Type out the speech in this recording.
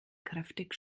kräftig